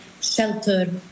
shelter